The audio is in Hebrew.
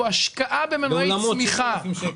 לאולמות 3,000 שקל.